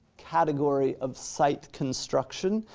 category of site construction,